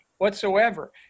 whatsoever